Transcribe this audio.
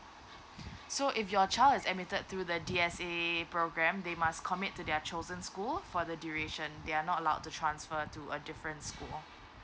so if your child is admitted through the D_S_A program they must commit to their chosen school for the duration they are not allowed to transfer to a different school